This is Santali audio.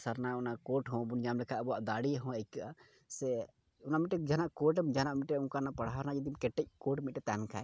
ᱥᱟᱨᱱᱟ ᱚᱱᱟ ᱠᱳᱰ ᱦᱚᱸ ᱵᱟᱵᱚᱱ ᱧᱟᱢ ᱞᱮᱠᱷᱟᱡ ᱟᱵᱚᱣᱟᱜ ᱫᱟᱲᱮ ᱦᱚᱸ ᱟᱹᱭᱠᱟᱹᱜᱼᱟ ᱥᱮ ᱚᱱᱟ ᱢᱤᱫᱴᱤᱡ ᱡᱟᱦᱟᱱᱟᱜ ᱠᱳᱰ ᱡᱟᱦᱟᱱᱟᱜ ᱢᱤᱫᱴᱤᱡ ᱯᱟᱲᱦᱟᱣ ᱨᱮᱱᱟᱜ ᱡᱩᱫᱤ ᱠᱮᱴᱮᱡ ᱠᱚᱰ ᱢᱤᱫᱴᱤᱡ ᱛᱟᱦᱮᱱ ᱠᱷᱟᱡ